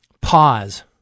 Pause